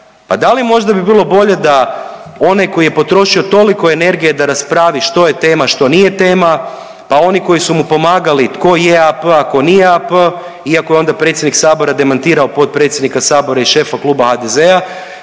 Pa da li možda bi bilo bolje da onaj koji je potrošio toliko energije da raspravi što je tema, što nije tema, pa oni koji su mi pomagali, tko je AP, a tko nije AP, iako je onda predsjednik Sabora demantirao potpredsjednika Sabora i šefa Kluba HDZ-a,